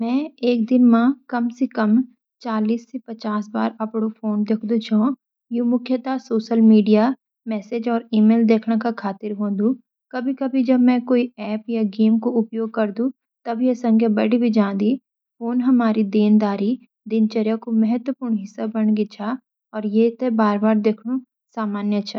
मैं एक दिन मा कम सी कम पचास - साठ बार अपना फोन ते देखदु छो। यू मुख्यत सोसल मीडिया मेसेज और ई मेल देखन का खातिर होंडु.कभी कभी जब मैं काई ऐप या गेम कू उपयोग क्रदु टैब या संख्या बढि जांदी.फोन हमारी देनदारी दिनचरिया कू महतवापूर्ण हिसा बानी गी छा और ये ते बार बार देखनु सामान्या छा।